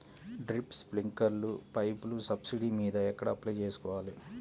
Drip, స్ప్రింకర్లు పైపులు subsidy మీద ఎక్కడ అప్లై చేసుకోవాలి?